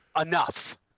Enough